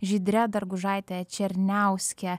žydre dargužaite černiauske